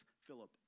Philip